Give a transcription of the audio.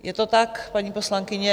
Je to tak, paní poslankyně?